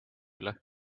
üle